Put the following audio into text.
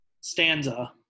stanza